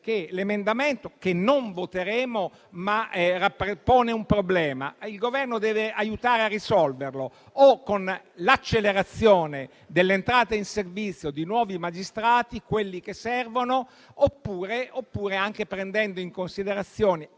che l'emendamento, che non voteremo, pone un problema e il Governo deve aiutare a risolverlo o con l'accelerazione dell'entrata in servizio di nuovi magistrati, quelli che servono, oppure prendendo in considerazione,